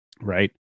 Right